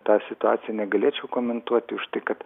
tą situaciją negalėčiau komentuoti už tai kad